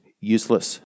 useless